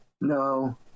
no